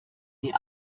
die